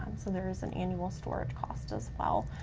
so there is an annual storage cost as well.